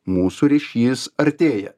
mūsų ryšys artėja